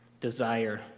desire